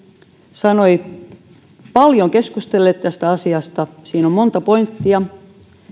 sanoi paljon keskustelleet tästä asiasta siinä on monta pointtia